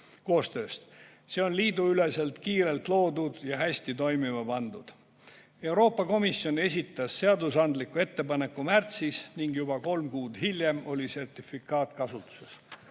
See on liiduüleselt kiirelt loodud ja hästi toimima pandud. Euroopa Komisjon esitas seadusandliku ettepaneku märtsis ning juba kolm kuud hiljem oli sertifikaat kasutuses.